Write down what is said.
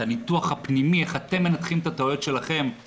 את הניתוח הפנימי איך אתם מנתחים את הטעויות שלכם.